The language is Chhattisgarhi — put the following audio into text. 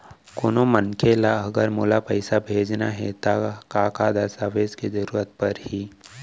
कोनो मनखे ला अगर मोला पइसा भेजना हे ता का का दस्तावेज के जरूरत परही??